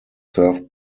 served